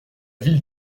ville